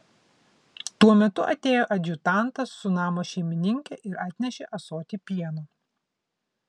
tuo metu atėjo adjutantas su namo šeimininke ir atnešė ąsotį pieno